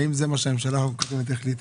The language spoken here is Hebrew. האם זה מה שהממשלה הקודמת החליטה.